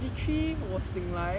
literally 我醒来